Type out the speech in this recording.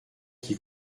qui